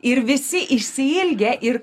ir visi išsiilgę ir